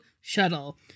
shuttle